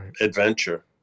adventure